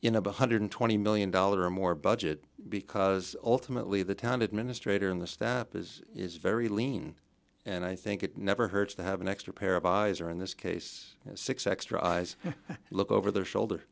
one hundred and twenty million dollars or more budget because ultimately the town administrator in the stand up is is very lean and i think it never hurts to have an extra pair of eyes or in this case six extra eyes look over their shoulder